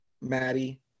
maddie